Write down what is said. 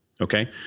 Okay